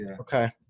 Okay